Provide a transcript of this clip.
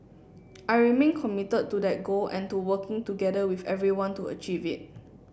I remain committed to that goal and to working together with everyone to achieve it